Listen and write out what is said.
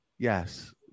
Yes